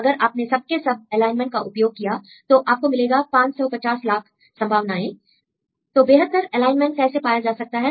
अगर आपने सब के सब एलाइनमेंट का उपयोग किया तो आपको मिलेगा 550 लाख संभावनाएं तो बेहतर एलाइनमेंट कैसे पाया जा सकता है